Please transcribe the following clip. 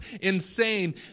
insane